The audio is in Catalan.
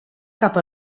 cap